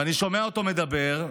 אני שומע אותו מדבר,